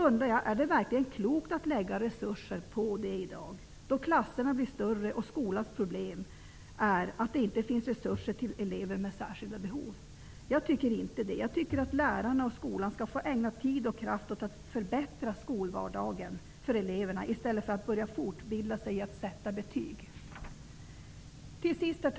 Är det verkligen klokt att lägga resurser på sådant i dag, då klasserna blir större och skolans problem är att det inte finns resurser till elever med särskilda behov? Jag tycker inte det. Jag tycker att lärarna och skolan skall få ägna tid och kraft åt att förbättra skolvardagen för eleverna i stället för att börja fortbilda sig i att sätta betyg. Herr talman!